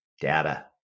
data